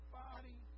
body